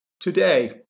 Today